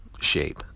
shape